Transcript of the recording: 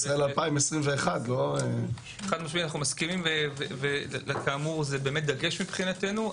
אנחנו מסכימים וזה כאמור דגש מבחינתנו.